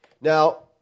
Now